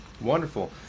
wonderful